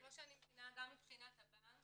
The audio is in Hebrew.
כמו שאני מבינה גם מבחינת הבנק,